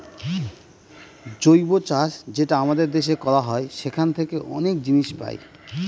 জৈব চাষ যেটা আমাদের দেশে করা হয় সেখান থাকে অনেক জিনিস পাই